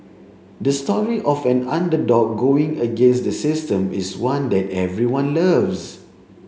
the story of an underdog going against the system is one that everyone loves